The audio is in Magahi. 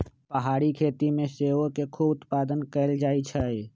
पहारी खेती में सेओ के खूब उत्पादन कएल जाइ छइ